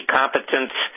competence